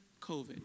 COVID